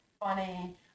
Funny